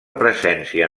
presència